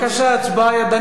הצבעה ידנית.